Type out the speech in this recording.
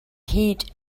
heat